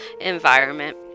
environment